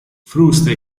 frusta